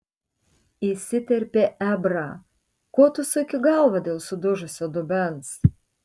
įsiterpė ebrą ko tu suki galvą dėl sudužusio dubens